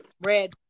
red